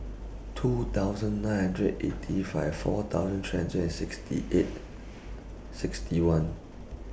two thousand nine hundred eighty five four thousand three hundred and sixty eight sixty one